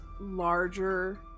larger